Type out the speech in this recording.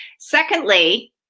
Secondly